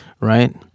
right